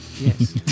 Yes